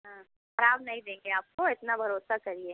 हाँ खराब नहीं देंगे आपको इतना भरोसा करिए